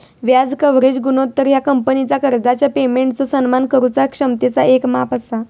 व्याज कव्हरेज गुणोत्तर ह्या कंपनीचा कर्जाच्या पेमेंटचो सन्मान करुचा क्षमतेचा येक माप असा